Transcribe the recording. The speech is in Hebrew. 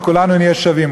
וכולנו נהיה שווים.